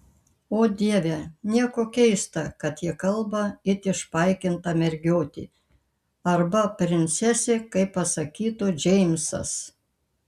o dieve nieko keista kad ji kalba it išpaikinta mergiotė arba princesė kaip pasakytų džeimsas